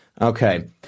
Okay